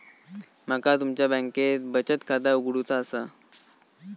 माका तुमच्या बँकेत बचत खाता उघडूचा असा?